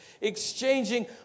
exchanging